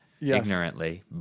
ignorantly